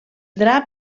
drap